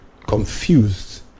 confused